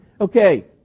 Okay